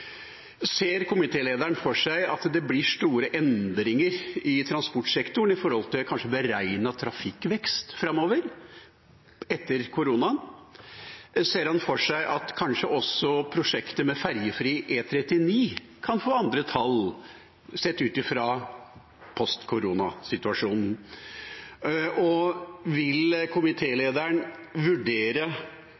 Ser komitélederen for seg at det blir store endringer i transportsektoren med tanke på kanskje beregnet trafikkvekst framover etter koronaen? Ser han for seg at kanskje også prosjektet med ferjefri E39 kan få andre tall sett ut fra post korona-situasjonen? Vil